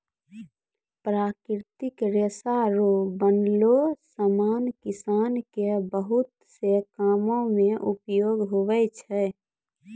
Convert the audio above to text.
प्राकृतिक रेशा रो बनलो समान किसान के बहुत से कामो मे उपयोग हुवै छै